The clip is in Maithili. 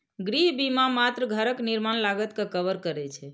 गृह बीमा मात्र घरक निर्माण लागत कें कवर करै छै